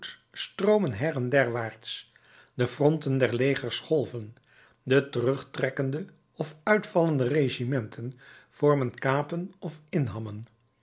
stroomen her en derwaarts de fronten der legers golven de terugtrekkende of uitvallende regimenten vormen kapen of inhammen